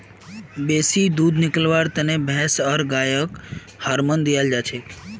बेसी दूध निकलव्वार तने गाय आर भैंसक हार्मोन दियाल जाछेक